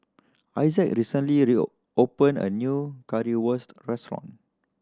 Isaak recently opened a new Currywurst restaurant